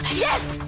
yes